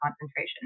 concentration